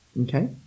Okay